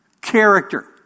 Character